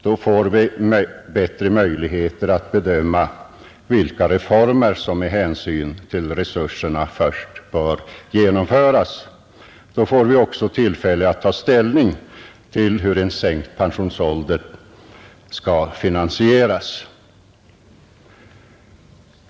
Då får vi bättre möjligheter att bedöma vilka reformer som med hänsyn till resurserna först bör genomföras. Då får vi också tillfälle att ta ställning till hur en sänkt pensionsålder skall finansieras.